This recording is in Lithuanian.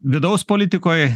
vidaus politikoj